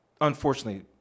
unfortunately